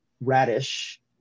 radish